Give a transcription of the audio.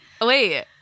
Wait